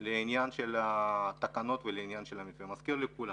לעניין התקנות ולעניין המתווה אני מזכיר לכולם